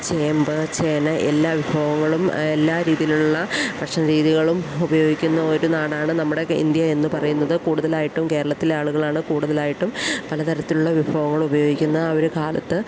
ചേമ്പ് ചേന എല്ലാ വിഭവങ്ങളും എല്ലാ രീതിയിലുമുള്ള ഭക്ഷണ രീതികളും ഉപയോഗിക്കുന്ന ഒരു നാടാണ് നമ്മുടെ ഇന്ത്യ എന്ന് പറയുന്നത് കൂടുതലായിട്ടും കേരളത്തിലെ ആളുകളാണ് കൂടുതലായിട്ടും പലതരത്തിലുള്ള വിഭവങ്ങൾ ഉപയോഗിക്കുന്ന ആ ഒരു കാലത്ത്